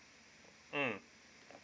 mm